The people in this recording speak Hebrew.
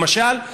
למשל,